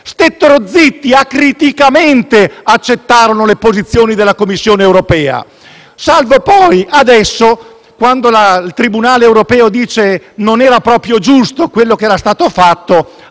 stettero zitti e acriticamente accettarono le posizioni della Commissione europea, salvo adesso, quando il tribunale europeo ha sancito che non era proprio giusto ciò che era stato fatto,